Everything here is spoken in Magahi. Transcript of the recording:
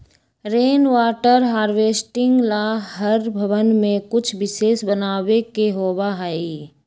रेन वाटर हार्वेस्टिंग ला हर भवन में कुछ विशेष बनावे के होबा हई